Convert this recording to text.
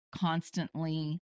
constantly